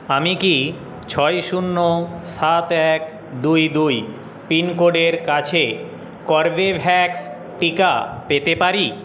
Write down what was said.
আমি কি ছয় শূন্য সাত এক দুই দুই পিনকোডের কাছে কর্বেভ্যাক্স টিকা পেতে পারি